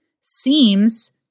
seems